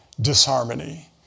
disharmony